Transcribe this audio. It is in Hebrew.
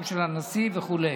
גם של הנשיא וכו'.